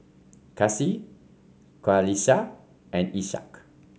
Kasih Qalisha and Ishak